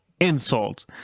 insult